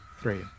Three